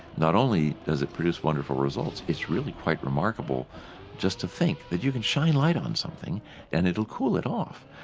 not only does it produce wonderful results, it's really quite remarkable just to think that you can shine light on something and it will cool it off.